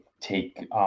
take